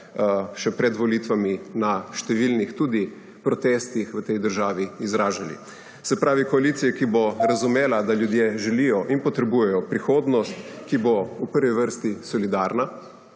še pred volitvami tudi na številnih protestih v tej državi izražali, se pravi koalicijo, ki bo razumela, da ljudje želijo in potrebujejo prihodnost, ki bo v prvi vrsti solidarna,